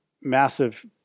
massive